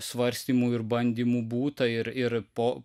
svarstymų ir bandymų būta ir ir po